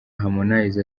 harmonize